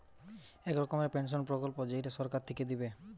এক রকমের পেনসন প্রকল্প যেইটা সরকার থিকে দিবে